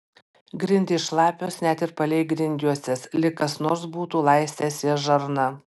grindys šlapios net ir palei grindjuostes lyg kas nors būtų laistęs jas žarna